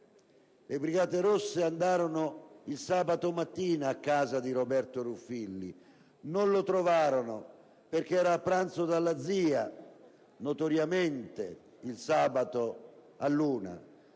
Le Brigate rosse andarono il sabato mattina a casa di Roberto Ruffilli: non lo trovarono, perché era a pranzo della zia (dove notoriamente si recava il